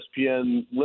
ESPN